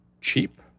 cheap